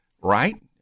right